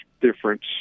difference